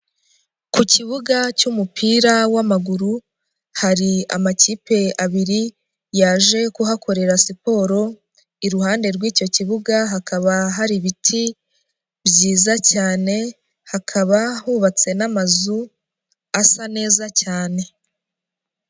Ku kibuga cy'umupira w'amaguru, hari amakipe abiri, yaje kuhakorera siporo, iruhande rw'icyo kibuga hakaba hari ibiti byiza cyane, hakaba hubatse n'amazu asa neza cyane.